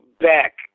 back